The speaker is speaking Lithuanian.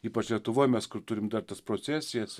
ypač lietuvoj mes kur turim dar tas procesijas